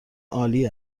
عالی